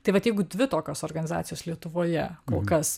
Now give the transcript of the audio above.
tai vat jeigu dvi tokios organizacijos lietuvoje kol kas